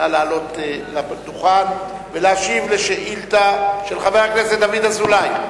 נא לעלות לדוכן ולהשיב לשאילתא של חבר הכנסת דוד אזולאי,